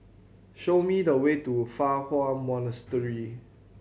show me the way to Fa Hua Monastery